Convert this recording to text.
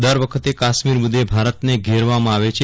દર વખતે કાશ્મીર મુદ્દે ભારતને ઘેરવામાં આવે છે